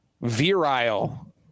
virile